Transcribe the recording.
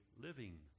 living